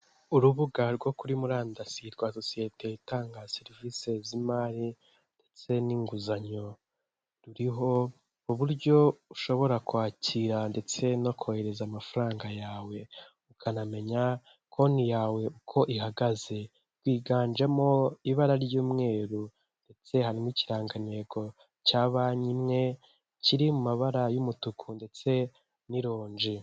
Urubuga rwo kuri murandasi rwa sosiyete itanga serivisi z'imari ndetse n'inguzanyo, ruriho uburyo ushobora kwakira ndetse no kohereza amafaranga yawe ukanamenya konti yawe uko ihagaze. Rwiganjemo ibara ry'umweru ndetse hari ni ikirangantego cya banki imwe, kiri mu mabara y'umutuku ndetse n'ironji.